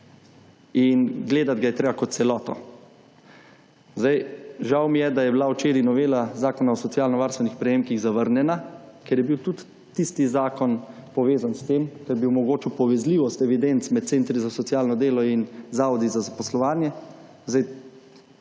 in gledati ga je treba kot celoto. Zdaj, žal mi je, da je bila včeraj novela zakona o socialnovarstvenih prejemkih zavrnjena, ker je bil tudi tisti zakon povezan s tem, ker bi omogočil povezljivost evidenc med centri za socialno delo in zavodi za zaposlovanje.